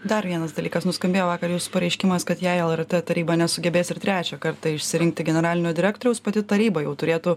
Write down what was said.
dar vienas dalykas nuskambėjo vakar jūsų pareiškimas kad jei lrt taryba nesugebės ir trečią kartą išsirinkti generalinio direktoriaus pati taryba jau turėtų